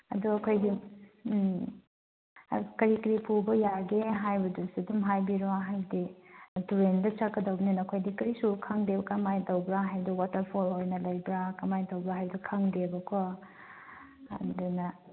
ꯑꯗꯨ ꯑꯩꯈꯣꯏꯒꯤ ꯀꯔꯤ ꯀꯔꯤ ꯄꯨꯕ ꯌꯥꯒꯦ ꯍꯥꯏꯕꯗꯨꯁꯨ ꯑꯗꯨꯝ ꯍꯥꯏꯕꯤꯔꯣ ꯍꯥꯏꯗꯤ ꯇꯨꯔꯦꯜꯗ ꯆꯠꯀꯗꯧꯕꯅꯤꯅ ꯑꯩꯈꯣꯏꯗꯤ ꯀꯔꯤꯁꯨ ꯈꯪꯗꯦ ꯀꯔꯝꯍꯥꯏꯅ ꯇꯧꯕ꯭ꯔ ꯍꯥꯏꯕꯗꯨ ꯋꯥꯇꯔꯐꯣꯜ ꯑꯣꯏꯅ ꯂꯩꯕ꯭ꯔ ꯀꯃꯥꯏꯅ ꯇꯧꯕ꯭ꯔ ꯍꯥꯏꯕꯗꯨ ꯈꯪꯗꯦꯕꯀꯣ ꯑꯗꯨꯅ